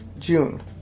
June